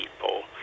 people